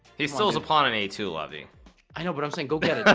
he stills upon an a two lobby i know but i'm saying go get